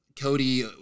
Cody